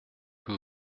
que